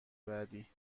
بعدی